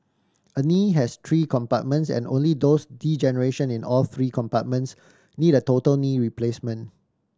a knee has three compartments and only those degeneration in all three compartments need a total knee replacement